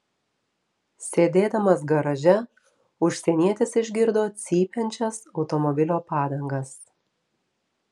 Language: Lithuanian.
sėdėdamas garaže užsienietis išgirdo cypiančias automobilio padangas